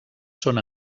són